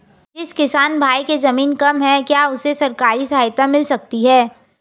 जिस किसान भाई के ज़मीन कम है क्या उसे सरकारी सहायता मिल सकती है?